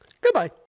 Goodbye